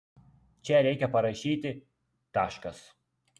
čia reikia parašyti taškas